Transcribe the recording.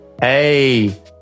Hey